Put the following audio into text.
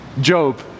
Job